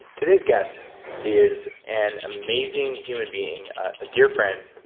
today's guest is an amazing human being. a dear friend,